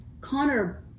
Connor